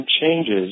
changes